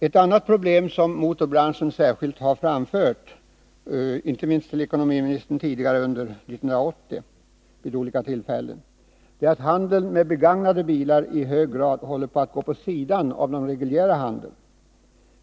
Ett annat problem som särskilt har framförts från motorbranschen — inte minst till ekonomiministern vid olika tillfällen under 1980 — är att handeln med begagnade bilar i hög grad börjar gå vid sidan av den reguljära handeln.